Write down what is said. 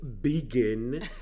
begin